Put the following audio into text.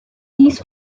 this